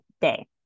Day